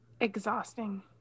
exhausting